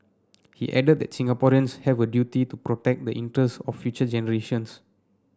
he added that Singaporeans have a duty to protect the interest of future generations